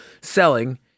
selling